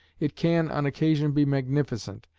it can, on occasion, be magnificent,